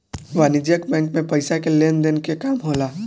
वाणिज्यक बैंक मे पइसा के लेन देन के काम होला